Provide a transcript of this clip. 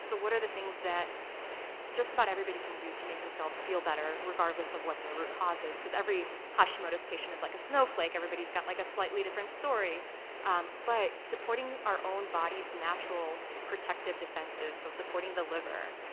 so what are the things that just about everybody can do to make themselves feel better regardless of what their root cause is, because every hashimoto's patient is like a snowflake, everybody's got like a slightly different story um but supporting our own body's natural protective defenses, so supporting supporting the liver,